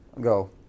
Go